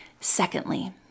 Secondly